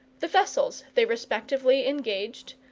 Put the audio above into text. the vessels they respectively engaged,